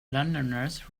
londoners